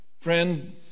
Friend